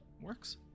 works